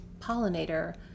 pollinator